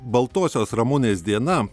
baltosios ramunės diena